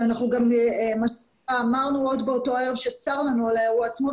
שאנחנו גם אמרנו עוד באותו ערב שצר לנו על האירוע עצמו,